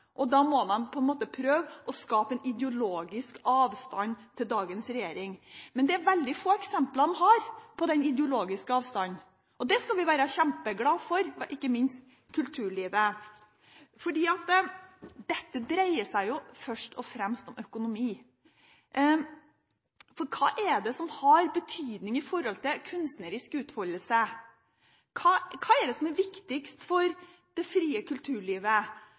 Da må de prøve å skape en ideologisk avstand til dagens regjering. Men det er veldig få eksempler på den ideologiske avstanden, og det skal vi være kjempeglad for, ikke minst kulturlivet. For dette dreier seg jo først og fremst om økonomi. Hva er det som har betydning for kunstnerisk utfoldelse? Hva er det som er viktigst for det frie kulturlivet?